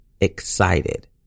excited